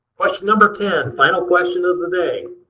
question number ten. final question of the day.